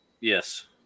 Yes